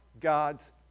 God's